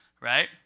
right